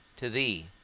to thee.